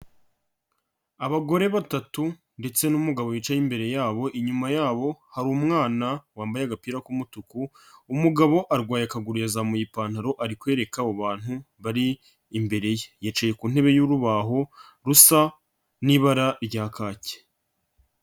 Abagore batatu ndetse n'umugabo wicaye imbere yabo, inyuma yabo hari umwana wambaye agapira k'umutuku, umugabo arwaye akaguru yazamuye ipantaro ari kwereka abo bantu bari imbere ye, yicaye ku ntebe y'urubaho rusa n'ibara rya kaki.